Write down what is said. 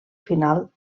final